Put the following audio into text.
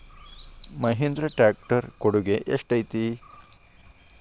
Mahindra tractor ಕೊಡುಗೆ ಎಷ್ಟು ಐತಿ?